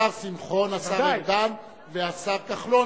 השר שמחון, השר ארדן והשר כחלון.